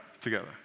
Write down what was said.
together